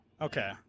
Okay